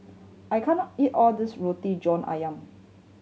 I can't eat all of this Roti John Ayam